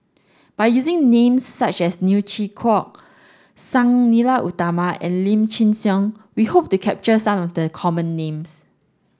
by using names such as Neo Chwee Kok Sang Nila Utama and Lim Chin Siong we hope to capture some of the common names